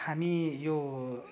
हामी यो